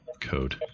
code